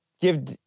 give